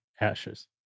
ashes